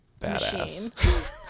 badass